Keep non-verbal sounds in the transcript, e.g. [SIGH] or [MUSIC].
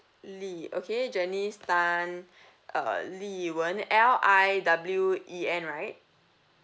li okay janice tan [BREATH] uh li wen L I W E N right